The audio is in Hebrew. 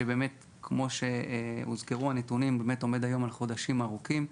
שבאמת כמו שהוזכר בנתונים עומד היום על חודשים ארוכים,